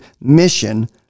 mission